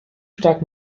stark